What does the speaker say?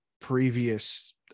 previous